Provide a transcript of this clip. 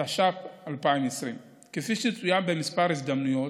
התש"ף 2020. כפי שצוין בכמה הזדמנויות,